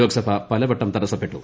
ലോക്സഭ പലവട്ടം തടസപ്പെട്ടു